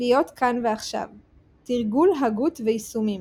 להיות כאן ועכשיו תרגול, הגות ויישומים,